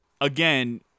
Again